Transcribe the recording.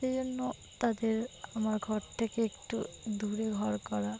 সেই জন্য তাদের আমার ঘর থেকে একটু দূরে ঘর করা